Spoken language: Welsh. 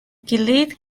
gilydd